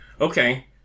okay